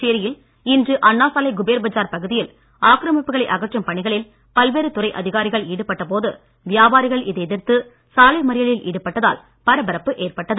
புதுச்சேரியில் இன்று அண்ணாசாலை குபேர் பஜார் பகுதியில் ஆக்கிரமிப்புகளை அகற்றும் பணிகளில் பல்வேறு துறை அதிகாரிகள் ஈடுபட்டபோது வியாபாரிகள் இதை எதிர்த்து சாலை மறியலில் ஈடுபட்டதால் பரபரப்பு ஏற்பட்டது